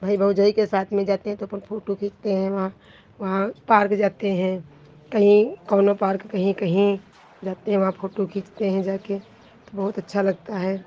भई भौजाई के साथ में जाते हैं तो अपन फोटू खींचते हैं वहाँ वहाँ पार्क जाते हैं कहीं कौनो पार्क कहीं कहीं जाते हैं वहाँ फोटू खींचते हैं जाके तो बहुत अच्छा लगता है